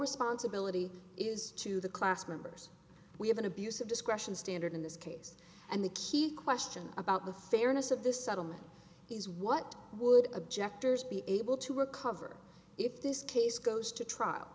responsibility is to the class members we have an abuse of discretion standard in this case and the key question about the fairness of this settlement is what would objectors be able to recover if this case goes to trial